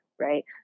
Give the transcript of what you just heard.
right